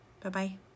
Bye-bye